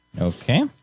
Okay